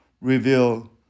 reveal